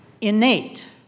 innate